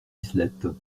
islettes